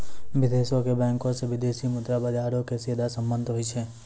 विदेशो के बैंको से विदेशी मुद्रा बजारो के सीधा संबंध होय छै